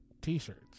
T-shirts